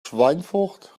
schweinfurt